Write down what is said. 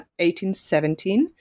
1817